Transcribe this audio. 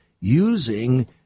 using